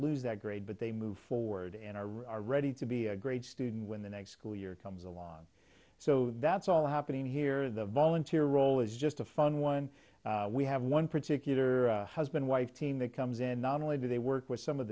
lose that grade but they move forward and are ready to be a great student when the next school year comes along so that's all happening here the volunteer role is just a fun one we have one particular husband wife team that comes in not only do they work with some of